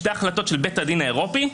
שתי החלטות של בית הדין האירופי,